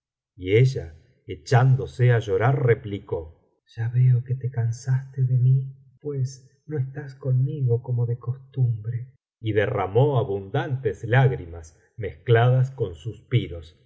y ella echándose á llorar replicó ya veo que te cansaste de mí pues no estás conmigo como de costumbre y derramó abundantes lágrimas mezcladas con suspiros